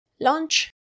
lunch